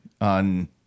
on